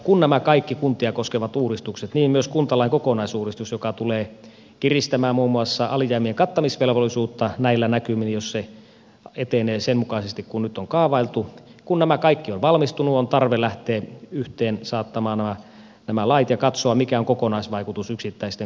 kun nämä kaikki kuntia koskevat uudistukset myös kuntalain kokonaisuudistus joka tulee kiristämään muun muassa alijäämien kattamisvelvollisuutta näillä näkymin jos se etenee sen mukaisesti kuin nyt on kaavailtu ovat valmistuneet on tarve lähteä yhteensaattamaan nämä lait ja katsoa mikä on kokonaisvaikutus yksittäisten kuntien kannalta